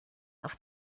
auf